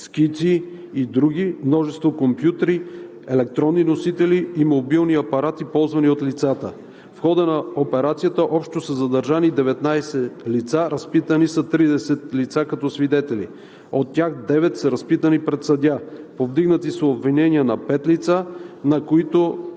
скици и други; множество компютри; електронни носители и мобилни апарати, ползвани от лицата. В хода на операцията са задържани общо 19 лица. Разпитани са 30 лица като свидетели. От тях девет са разпитани пред съдия. Повдигнати са обвинения на пет лица, на които